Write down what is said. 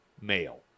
male